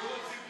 יוסי,